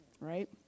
right